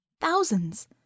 Thousands